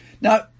Now